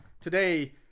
today